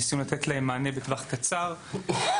ניסינו לתת להם מענה בטווח קצר ואכן,